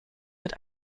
mit